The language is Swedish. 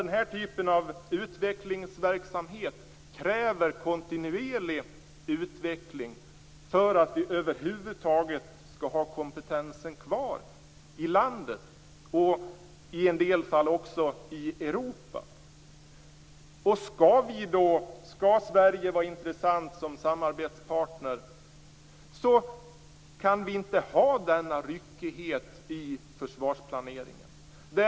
Den här typen av utvecklingsverksamhet kräver kontinuerlig utveckling för att vi över huvud taget skall ha kompetensen kvar i landet, och i en del fall också i Europa. Skall Sverige vara intressant som samarbetspartner kan vi inte ha denna ryckighet i försvarsplaneringen.